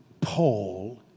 Paul